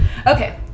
Okay